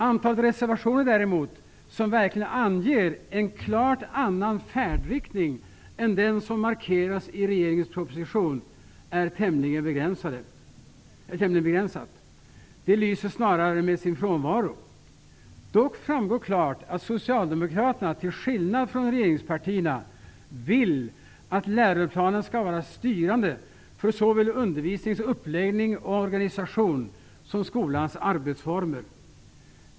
De reservationer som däremot verkligen anger en helt annan färdriktning än den som markeras i regeringens proposition är av ett begränsat antal. De lyser snarare med sin frånvaro. Dock framgår klart att Socialdemokraterna, till skillnad från regeringspartierna, vill att läroplanen skall vara styrande för såväl undervisningens uppläggning och organisation som skolans arbetsformer.